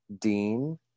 dean